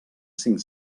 cinc